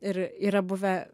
ir yra buvę